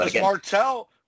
Martell